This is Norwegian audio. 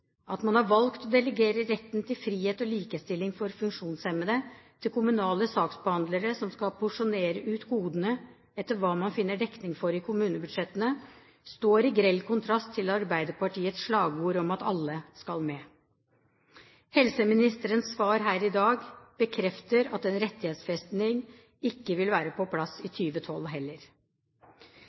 At man har valgt å delegere retten til frihet og likestilling for funksjonshemmede til kommunale saksbehandlere som skal porsjonere ut godene etter hva man finner dekning for i kommunebudsjettene, står i grell kontrast til Arbeiderpartiets slagord om at «alle skal med». Helseministerens svar her i dag bekrefter at en rettighetsfesting ikke vil være på plass i 2012 heller.